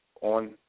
on